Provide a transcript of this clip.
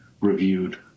reviewed